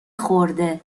خورده